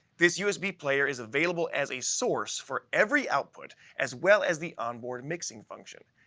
this usb player is available as a source for every output as well as the onboard mixing function.